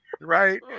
right